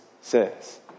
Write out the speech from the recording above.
says